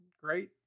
great